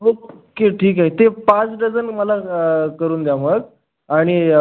okay ठीक आहे ते पाच डझन मला करून द्या मग आणि